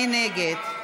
מי נגד?